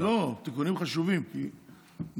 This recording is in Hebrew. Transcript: לא, תיקונים חשובים, כי זה